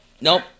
nope